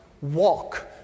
walk